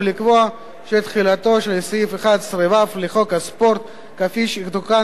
ולקבוע שתחילתו של סעיף 11(ו) לחוק הספורט כפי שתוקן